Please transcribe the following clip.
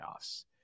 playoffs